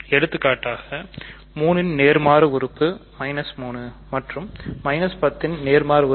எடுத்துக்காட்டாக 3 ன் நேர்மாறு உறுப்பு 3 மற்றும் 10 ன் நேர்மாறு 10